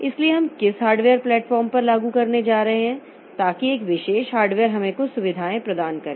इसलिए हम किस हार्डवेयर प्लेटफ़ॉर्म पर लागू करने जा रहे हैं ताकि एक विशेष हार्डवेयर हमें कुछ सुविधाएँ प्रदान करे